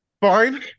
Fine